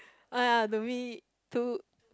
!aiya! to me too